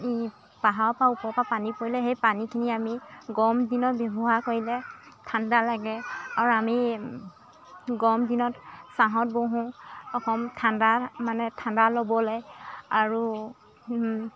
ই পাহৰ পা ওপৰ পা পানী পৰিলে সেই পানীখিনি আমি গৰম দিনত ব্যৱহাৰ কৰিলে ঠাণ্ডা লাগে আৰু আমি গৰম দিনত ছাঁত বহোঁ অকণ ঠাণ্ডা মানে ঠাণ্ডা ল'বলৈ আৰু